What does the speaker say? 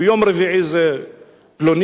ביום רביעי זה פלוני,